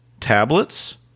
tablets